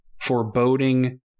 foreboding